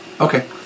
Okay